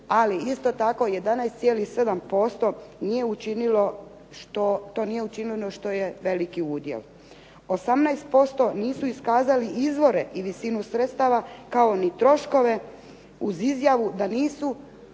ali isto tako 11,7% to nije učinilo što je veliki udjel. 18% nisu iskazali izvore i visinu sredstava, kao ni troškove uz izjavu da nisu niti